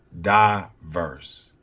diverse